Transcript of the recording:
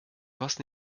was